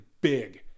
big